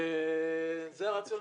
זה הרציונל.